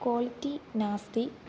quality नास्ति